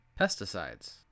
pesticides